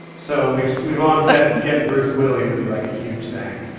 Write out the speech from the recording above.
so we've we've long said getting bruce willie would be, like, a huge thing.